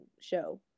Show